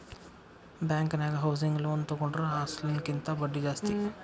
ಬ್ಯಾಂಕನ್ಯಾಗ housing loan ತಗೊಂಡ್ರ ಅಸ್ಲಿನ ಕಿಂತಾ ಬಡ್ದಿ ಜಾಸ್ತಿ